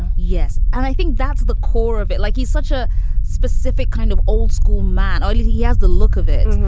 yes. and i think that's the core of it. like he's such a specific kind of old school man. oh, did he has the look of it. and